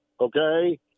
okay